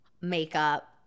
makeup